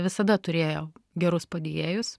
visada turėjo gerus padėjėjus